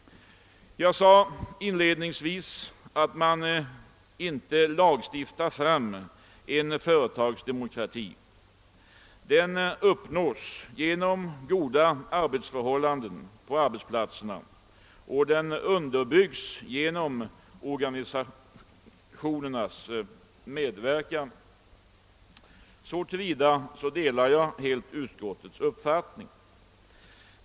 Jag sade inledningsvis att man inte lagstiftar fram en företagsdemokrati. Den uppnås genom goda arbetsförhållanden på arbetsplatserna och den underbyggs genom organisationernas medverkan. Så till vida delar jag helt utskottets uppfattning.